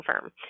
firm